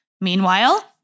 Meanwhile